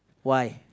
why